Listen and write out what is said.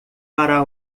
para